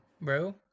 bro